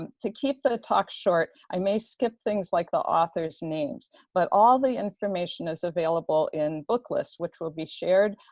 and to keep the talk short, i may skip things like the author's names, but all the information is available in book lists, which will be shared